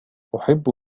أحب